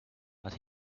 but